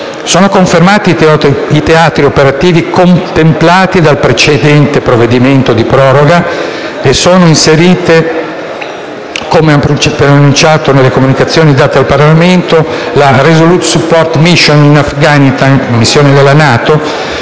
Sono confermati i teatri operativi contemplati dal precedente provvedimento di proroga e sono inserite, come preannunciato nelle comunicazioni date al Parlamento, la Resolute support mission in Afghanistan, missione della NATO